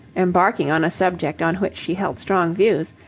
embarking on a subject on which she held strong views,